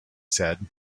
said